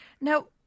Now